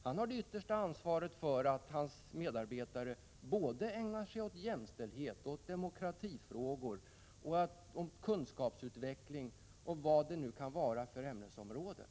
Han har det yttersta ansvaret för att hans medarbetare ägnar sig åt jämställdhet, demokratifrågor, kunskapsutveckling och andra ämnesområden.